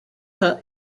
her